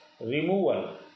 Removal